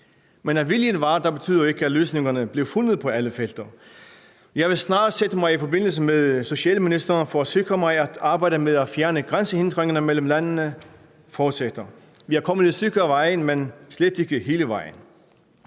Men at viljen var der, betyder ikke, at løsningerne blev fundet på alle felter. Jeg vil snarest sætte mig i forbindelse med socialministeren for at sikre mig, at arbejdet med at fjerne grænsehindringer mellem landende fortsætter. Vi er kommet et stykke af vejen, men slet ikke hele vejen.